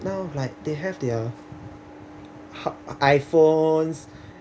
now like they have their iPhones